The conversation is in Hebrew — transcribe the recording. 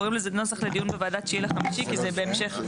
התכנון והבנייה התשכ"ה-1965 (1) בסעיף 1